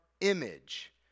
image